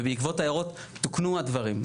ובעקבות ההערות תוקנו הדברים.